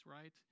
right